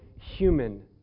human